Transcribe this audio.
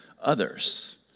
others